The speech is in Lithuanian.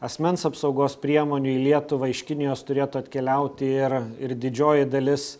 asmens apsaugos priemonių į lietuvą iš kinijos turėtų atkeliauti ir ir didžioji dalis